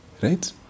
right